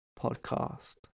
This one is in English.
podcast